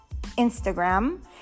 Instagram